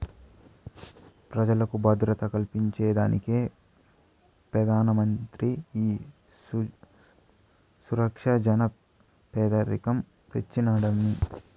పెజలకు భద్రత కల్పించేదానికే పెదానమంత్రి ఈ సురక్ష జన పెదకం తెచ్చినాడమ్మీ